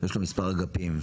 יש בו מספר אגפים,